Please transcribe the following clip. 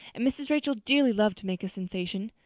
and mrs. rachel dearly loved to make a sensation.